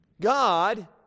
God